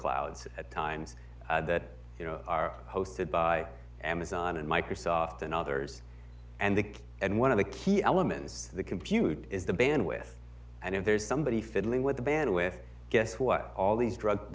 clouds at times that you know are hosted by amazon and microsoft and others and the and one of the key elements of the compute is the band with and if there's somebody fiddling with the band with guess what all these drug